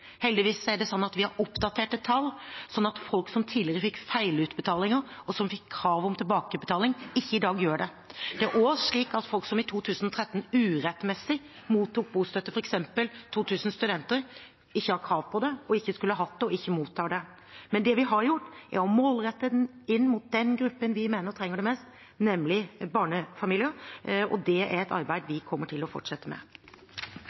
Heldigvis er det slik at vi har oppdaterte tall, slik at folk som tidligere fikk feilutbetalinger, og som fikk krav om tilbakebetaling, ikke gjør det i dag. Det er også slik at folk som i 2013 urettmessig mottok bostøtte, f.eks. 2 000 studenter, ikke har krav på det og ikke skulle hatt det og ikke mottar det. Men det vi har gjort, er å målrette den inn mot den gruppen vi mener trenger det mest, nemlig barnefamilier. Det er et arbeid vi kommer til å fortsette med.